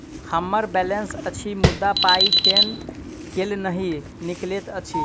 हम्मर बैलेंस अछि मुदा पाई केल नहि निकलैत अछि?